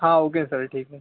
हा okay sir ठीक आहे